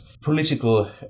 political